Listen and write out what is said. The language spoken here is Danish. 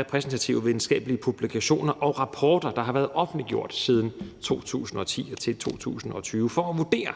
repræsentative videnskabelige publikationer og rapporter, der har været offentliggjort siden 2010 og til 2020, for at vurdere,